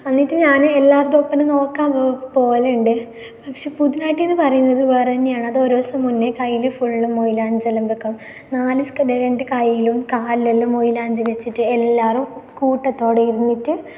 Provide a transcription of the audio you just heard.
എന്നിട്ട് ഞാൻ എല്ലാവരെതും ഒപ്പന നോക്കാൻ പോകലുണ്ട് പക്ഷെ പുത്നാട്ടീ എന്ന് പറയുന്നത് വേറെ തന്നെയാണ് അത് ഒരു ദിവസം മുന്നേ കൈയ്യിൽ ഫുള്ള് മൊയ്ലാഞ്ചി എല്ലാം വയ്ക്കും നാല്സം രണ്ട് കൈയ്യിലും കാലിലുമെല്ലാം മൈലാഞ്ചി വച്ചിട്ട് എല്ലാവരും കൂട്ടത്തോടെ ഇരുന്നിട്ട്